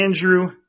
Andrew